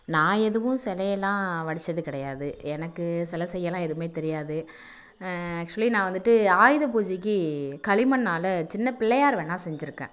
நான் எதுவும் சிலையெல்லாம் வடித்தது கிடையாது எனக்கு சிலை செய்யலாம் எதுவுமே தெரியாது ஆக்சுவலி நான் வந்துட்டு ஆயுத பூஜைக்கு களிமண்ணால் சின்ன பிள்ளையார் வேணா செஞ்சுருக்கேன்